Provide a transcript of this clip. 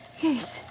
Yes